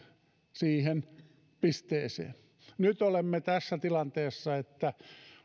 siihen pisteeseen nyt olemme tässä tilanteessa että